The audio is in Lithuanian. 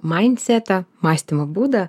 majncetą mąstymo būdą